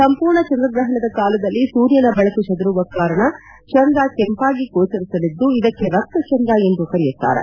ಸಂಪೂರ್ಣ ಚಂದ್ರಗ್ರಹಣದ ಕಾಲದಲ್ಲಿ ಸೂರ್ಯನ ಬೆಳಕು ಚದುರುವ ಕಾರಣ ಚಂದ್ರ ಕೆಂಪಾಗಿ ಗೋಚರಿಸಲಿದ್ದು ಇದಕ್ಕೆ ರಕ್ತ ಚಂದ್ರ ಎಂದೂ ಕರೆಯುತ್ತಾರೆ